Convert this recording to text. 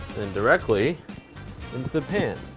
and directly into the pan.